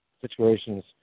situations